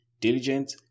Diligent